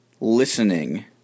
listening